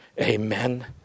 Amen